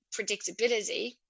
predictability